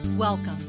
Welcome